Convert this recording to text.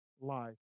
life